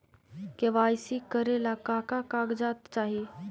KYC करे ला का का कागजात चाही?